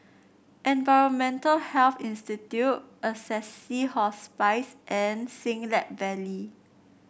Environmental Health Institute Assisi Hospice and Siglap Valley